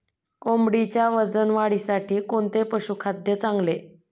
कोंबडीच्या वजन वाढीसाठी कोणते पशुखाद्य चांगले?